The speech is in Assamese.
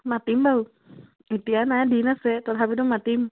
মাতিম বাৰু এতিয়া নাই দিন আছে তথাপিতো মাতিম